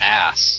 ass